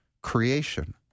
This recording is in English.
creation